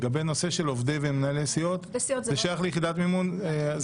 לגבי נושא של עובדים ומנהלי סיעות זה שייך לוועדה אחרת.